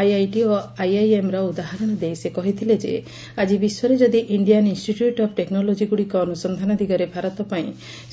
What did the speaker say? IIT ଓ ଆଇଆଇଏମ୍ର ଉଦାହରଣ ଦେଇ ସେ କହିଥିଲେ ଆକି ବିଶ୍ୱରେ ଯଦି ଇଣ୍ଡିଆନ୍ ଇନ୍ଷିଚ୍ୟୁଟ୍ ଅଫ୍ ଟେକ୍ନୋଲୋଜି ଗୁଡ଼ିକ ଅନୁସନ୍ଧାନ ଦିଗରେ ଭାରତ ପାଇଁ